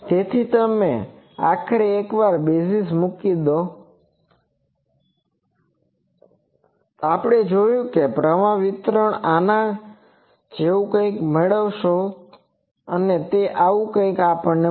તેથી તમે આખરે એકવાર બેઝીસ મૂકી દો આપણે જોશું કે પ્રવાહ વિતરણ આના જેવું કંઈક મેળવશો અને તે આવું કંઈક આપણને મળશે